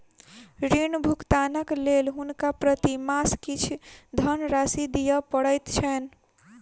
ऋण भुगतानक लेल हुनका प्रति मास किछ धनराशि दिअ पड़ैत छैन